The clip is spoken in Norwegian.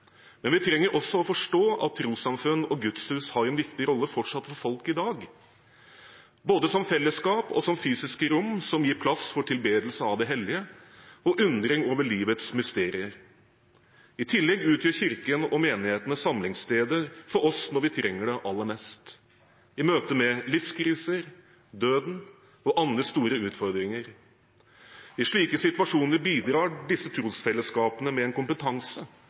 Men vi trenger også å forstå at trossamfunn og gudshus har en viktig rolle fortsatt for folk i dag, både som fellesskap og som fysiske rom som gir plass for tilbedelse av det hellige og undring over livets mysterier. I tillegg utgjør kirken og menighetene samlingssteder for oss når vi trenger det aller mest, i møte med livskriser, døden og andre store utfordringer. I slike situasjoner bidrar disse trosfellesskapene med en kompetanse